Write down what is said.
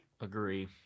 Agree